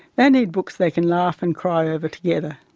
they need books they can laugh and cry over together.